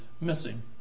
missing